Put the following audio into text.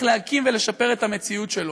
להקים ולשפר את המציאות שלו.